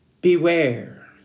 Beware